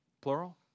plural